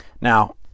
Now